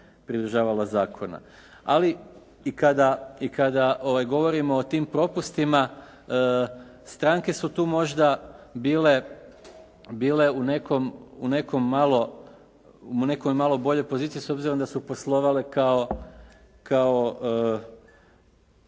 pridržavala zakona. Ali i kada govorimo o tim propustima, stranke su tu možda bile u nekoj malo boljoj poziciji, s obzirom da su poslovale kao